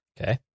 Okay